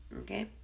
Okay